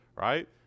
right